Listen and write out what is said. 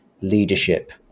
leadership